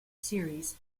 series